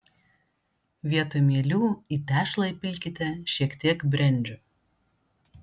vietoj mielių į tešlą įpilkite šiek tiek brendžio